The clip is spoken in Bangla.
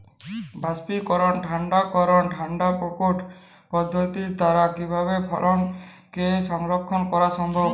বাষ্পীকরন ঠান্ডা করণ ঠান্ডা প্রকোষ্ঠ পদ্ধতির দ্বারা কিভাবে ফসলকে সংরক্ষণ করা সম্ভব?